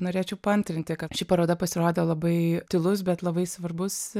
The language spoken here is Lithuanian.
norėčiau paantrinti kad ši paroda pasirodė labai tylus bet labai svarbus